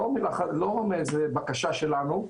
לא מאיזה בקשה שלנו,